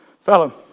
fellow